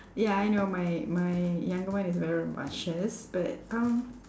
ya I know my my younger one is very rambunctious but um